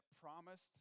promised